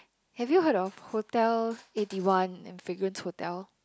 have you heard of Hotel Eighty One and Fragrance Hotel